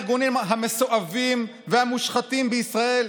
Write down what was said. אחד הארגונים המסואבים והמושחתים בישראל,